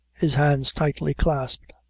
his hands tightly clasped,